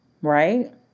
right